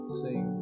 sing